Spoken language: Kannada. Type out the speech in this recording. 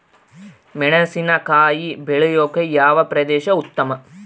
ಮೆಣಸಿನಕಾಯಿ ಬೆಳೆಯೊಕೆ ಯಾವ ಪ್ರದೇಶ ಉತ್ತಮ?